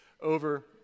over